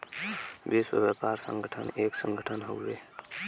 विश्व व्यापार संगठन एक संगठन हउवे